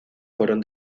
fueron